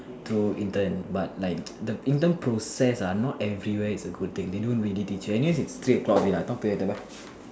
through intern but like the intern process ah not everywhere is a good thing they don't really teach anything anyways is three o-clock already talk to you later bye